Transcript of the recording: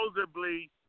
supposedly